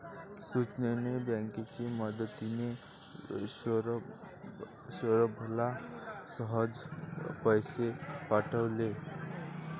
सचिनने बँकेची मदतिने, सौरभला सहज पैसे पाठवले